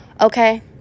Okay